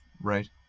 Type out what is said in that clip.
right